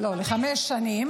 שנים,